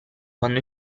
quando